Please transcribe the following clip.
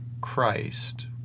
Christ—